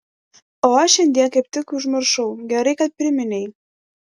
o aš šiandie kaip tik užmiršau gerai kad priminei